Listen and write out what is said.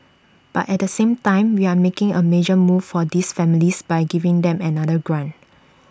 but at the same time we are making A major move for these families by giving them another grant